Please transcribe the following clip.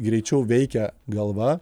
greičiau veikia galva